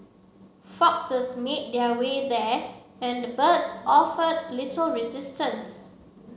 foxes made their way there and the birds offered little resistance